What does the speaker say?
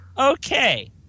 okay